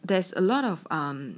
there's a lot of um